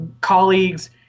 colleagues